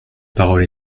parole